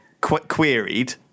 queried